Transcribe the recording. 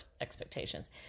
expectations